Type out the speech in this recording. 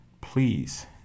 please